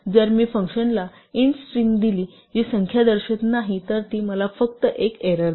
जर मी फंक्शनला int स्ट्रिंग दिली जी संख्या दर्शवत नाही तर ती मला फक्त एक एररदेईल